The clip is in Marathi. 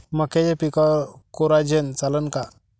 मक्याच्या पिकावर कोराजेन चालन का?